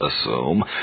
assume